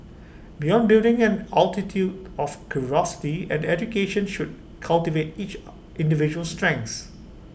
beyond building an altitude of curiosity and education should cultivate each individual's strengths